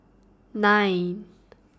nine